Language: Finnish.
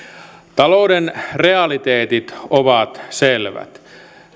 talouden realiteetit ovat selvät